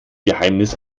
geheimnis